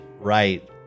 Right